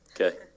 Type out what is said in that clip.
Okay